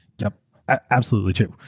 yeah absolutely true,